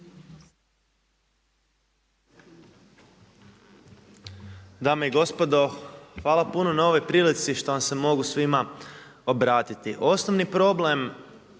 Hvala.